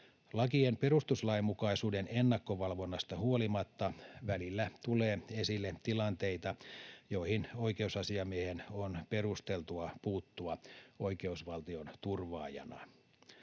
Lakien perustuslainmukaisuuden ennakkovalvonnasta huolimatta tulee välillä esille tilanteita, joihin oikeusasiamiehen on perusteltua puuttua oikeusvaltion turvaajana.